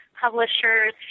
publishers